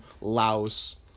Laos